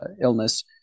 illness